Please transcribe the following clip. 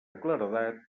claredat